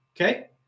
Okay